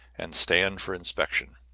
and stand for inspection,